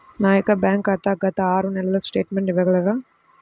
నా యొక్క బ్యాంక్ ఖాతా గత ఆరు నెలల స్టేట్మెంట్ ఇవ్వగలరా?